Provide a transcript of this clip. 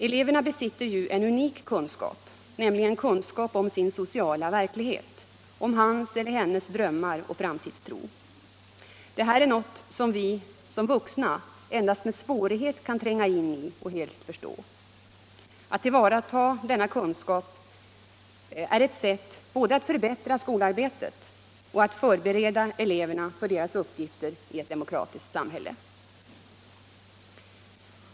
Eleverna besitter ju en unik kunskap, nämligen kunskapen om sin sociala verklighet, om hans eller hennes drömmar och framtidstro. Det här är något som vi vuxna endast med svårighet kan tränga in i och helt förstå. Att tillvarata denna kunskap är ett sätt både att förbättra skolarbetet och att förbereda eleverna för deras uppgifter i ett demokratiskt samhälle.